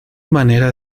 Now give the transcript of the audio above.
manera